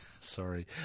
Sorry